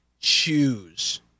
choose